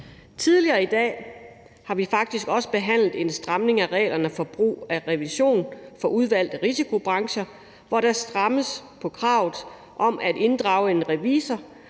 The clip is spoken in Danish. Tidligere i dag har vi faktisk også behandlet en stramning af reglerne for brug af revision for udvalgte risikobrancher, hvor kravet om at inddrage en revisor,